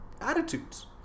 attitudes